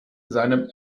seinem